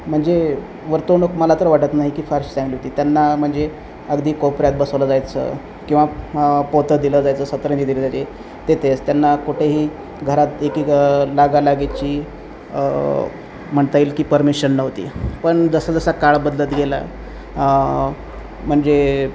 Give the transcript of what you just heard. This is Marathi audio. म्हणजे वर्तवणूक मला तर वाटत नाही की फारशी चांगली होती त्यांना म्हणजे अगदी कोपऱ्यात बसवलं जायचं किंवा पोतं दिलं जायचं सतरंजी दिली जायचे ते तेच त्यांना कुठेही घरात एक एक लागा लागेची म्हणता येईल की परमिशन नव्हती पण जसं जसा काळ बदलत गेला म्हणजे